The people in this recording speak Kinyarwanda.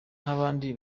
nk’abandi